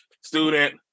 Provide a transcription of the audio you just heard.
student